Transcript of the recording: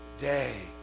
day